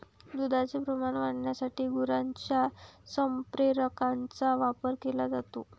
दुधाचे प्रमाण वाढविण्यासाठी गुरांच्या संप्रेरकांचा वापर केला जातो